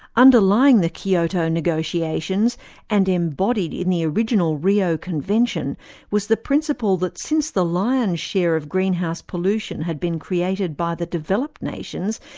underlying the kyoto negotiations and embodied in the original rio convention was the principle that since the lion's share of greenhouse pollution had been created by the developed nations,